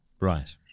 Right